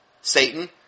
satan